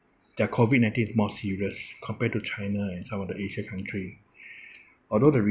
their COVID nineteen is more serious compared to china and some of the asia country although the